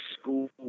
school